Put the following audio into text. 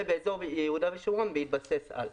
וביהודה ושומרון "בהתבסס על".